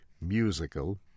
musical